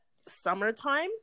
summertime